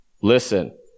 Listen